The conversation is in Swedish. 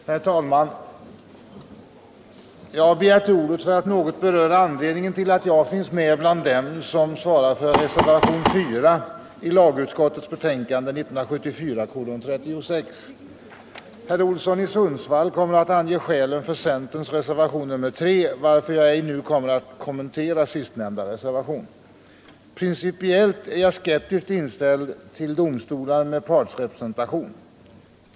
Herr talman! Jag har begärt ordet för att något beröra anledningen till att jag finns med bland dem som avgivit reservationen 4 vid lagutskottets betänkande nr 36. Herr Olsson i Sundsvall kommer att ange skälen för centerns reservation nr 3, varför jag inte nu kommer att kommentera den reservationen. Principiellt är jag skeptiskt inställd till domstolar med partsrepresentanter.